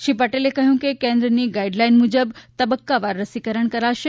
શ્રી પટેલે કહ્યું કે કેન્દ્રની ગાઇડલાઇન મુજબ તબક્કાવાર રસીકરણ કરાશે